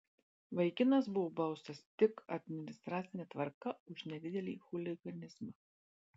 vaikinas buvo baustas tik administracine tvarka už nedidelį chuliganizmą